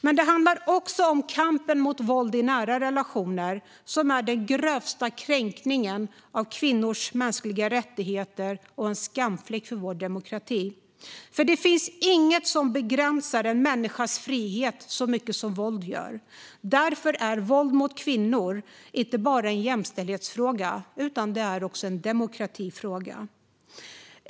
Men det handlar också om kampen mot våld i nära relationer. Det är den grövsta kränkningen av kvinnors mänskliga rättigheter och är en skamfläck för vår demokrati. Det finns inget som begränsar en människas frihet så mycket som våld gör. Därför är våld mot kvinnor inte bara en jämställdhetsfråga utan också en demokratifråga.